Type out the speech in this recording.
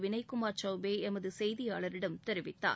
வினய் குமார் சௌபே எமது செய்தியாளரிடம் கூறினார்